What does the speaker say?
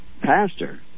pastor